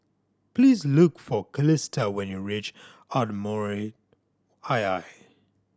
please look for Calista when you reach Ardmore II